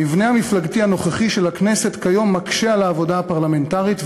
המבנה המפלגתי הנוכחי של הכנסת כיום מקשה על העבודה הפרלמנטרית,